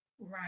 right